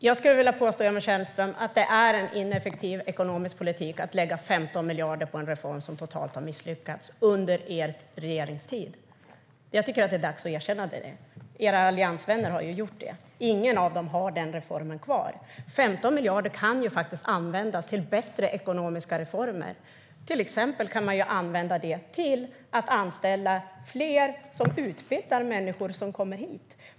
Herr talman! Jag påstår att det är en ineffektiv ekonomisk politik att lägga 15 miljarder på en reform som misslyckades totalt under er regeringstid, Emil Källström. Det är dags att erkänna det. Dina alliansvänner har gjort det. Ingen av dem har kvar den reformen. Dessa 15 miljarder kan användas till bättre ekonomiska reformer. Till exempel kan de användas till att anställa fler som utbildar de människor som kommer hit.